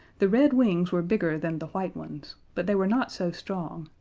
the red wings were bigger than the white ones, but they were not so strong,